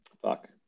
fuck